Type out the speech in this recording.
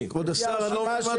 כמו שכולם ממתינים.